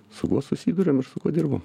su kuo susiduriam ir su kuo dirbam